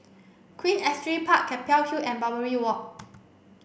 Queen Astrid Park Keppel Hill and Barbary Walk